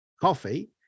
coffee